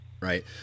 Right